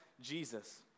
Jesus